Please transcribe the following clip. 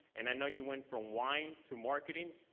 and i know you went from wine to marketing,